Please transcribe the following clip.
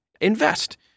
invest